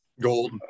gold